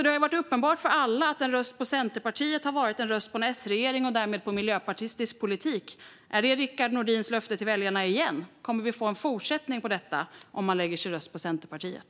Det har varit uppenbart för alla att en röst på Centerpartiet har varit en röst på en Sregering och därmed på miljöpartistisk politik. Är det Rickard Nordins löfte till väljarna igen? Kommer vi att få en fortsättning på detta om man lägger sin röst på Centerpartiet?